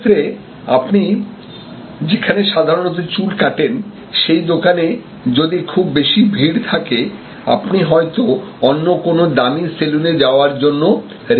সেক্ষেত্রে আপনি যেখানে সাধারণত চুল কাটেন সেই দোকানে যদি খুব বেশি ভিড় থাকে আপনি হয়তো অন্য কোনো দামি সেলুনে যাওয়ার জন্য রেডি থাকবেন